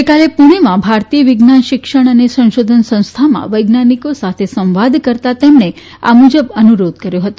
ગઇકાલે પૂણેમાં ભારતીય વિજ્ઞાન શિક્ષણ અને સંશોધન સંસ્થામાં વૈજ્ઞાનિકો સાથે સંવાદ કરતા તેમણે આ મુજબ અનુરોધ કર્યે હતો